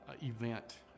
event